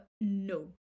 no